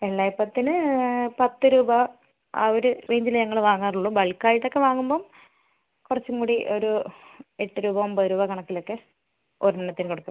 വെള്ള അപ്പത്തിന് പത്ത് രൂപ ആ ഒരു റേഞ്ചില് ഞങ്ങൾ വാങ്ങാറുള്ളൂ ബൾക്ക് ആയിട്ടൊക്കെ വാങ്ങുമ്പം കുറച്ചും കൂടി ഒരു എട്ട് രൂപ ഒമ്പത് രൂപ കണക്കിലൊക്കെ ഒരെണ്ണത്തിന് കൊടുക്കും